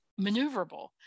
maneuverable